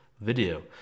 video